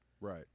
Right